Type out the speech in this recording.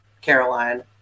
Caroline